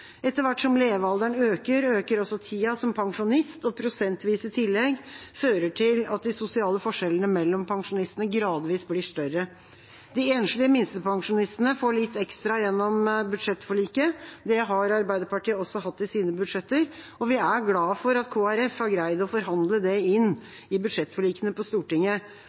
Etter hvert som levealderen øker, øker også tida som pensjonist. Prosentvise tillegg fører til at de sosiale forskjellene mellom pensjonistene gradvis blir større. De enslige minstepensjonistene får litt ekstra gjennom budsjettforliket. Det har Arbeiderpartiet også hatt i sine budsjetter, og vi er glade for at Kristelig Folkeparti har greid å forhandle det inn i budsjettforlikene på Stortinget.